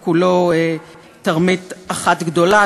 כי כולו תרמית אחת גדולה.